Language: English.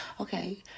okay